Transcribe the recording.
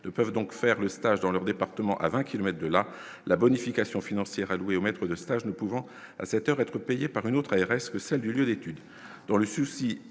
peuvent donc faire le stage dans leur département, à 20 kilomètres de là, la bonification financière allouée aux maîtres de stage ne pouvant à 7 heures être payés par une autre adresse que celle du lieu d'études